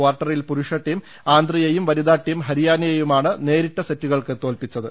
കാർട്ടറിൽ പുരുഷ ടീം ആന്ധ്രയേയും വനിതാടീം ഹരിയാനയേയുമാണ് നേരിട്ട സെറ്റുകൾക്ക് തോൽപ്പിച്ചത്